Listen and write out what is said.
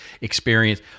experience